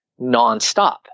nonstop